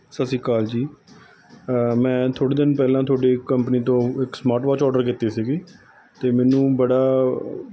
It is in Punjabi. ਸਤਿ ਸ਼੍ਰੀ ਅਕਾਲ ਜੀ ਮੈਂ ਥੋੜ੍ਹੇ ਦਿਨ ਪਹਿਲਾਂ ਤੁਹਾਡੀ ਕੰਪਨੀ ਤੋਂ ਇੱਕ ਸਮਾਰਟ ਵੌਚ ਔਡਰ ਕੀਤੀ ਸੀਗੀ ਅਤੇ ਮੈਨੂੰ ਬੜਾ